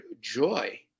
joy